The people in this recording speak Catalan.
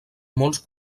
molts